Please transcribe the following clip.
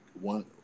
one